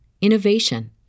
innovation